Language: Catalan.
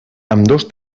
ambdós